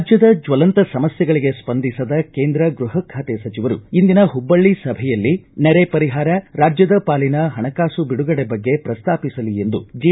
ರಾಜ್ಞದ ಜ್ವಲಂತ ಸಮಸ್ಥೆಗಳಿಗೆ ಸ್ಪಂದಿಸದ ಕೇಂದ್ರ ಗೃಹ ಖಾತೆ ಸಚಿವರು ಇಂದಿನ ಹುಬ್ಬಳ್ಳಿ ಸಭೆಯಲ್ಲಿ ನೆರೆ ಪರಿಹಾರ ರಾಜ್ಯದ ಪಾಲಿನ ಹಣಕಾಸು ಬಿಡುಗಡೆ ಬಗ್ಗೆ ಪ್ರಸ್ತಾಪಿಸಲಿ ಎಂದು ಜೆ